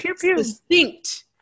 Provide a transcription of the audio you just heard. distinct